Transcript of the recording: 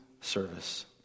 service